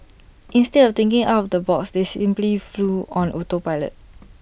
instead of thinking out of the box they simply flew on auto pilot